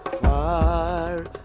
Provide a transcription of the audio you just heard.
far